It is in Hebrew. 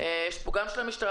גם אני בתקשורת ניסיתי להבין מי